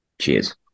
Cheers